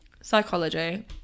psychology